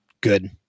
good